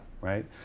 right